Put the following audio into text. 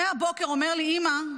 מהבוקר אומר לי: אימא,